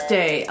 day